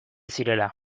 zirela